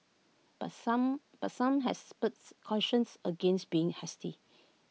but some but some experts cautioned against being hasty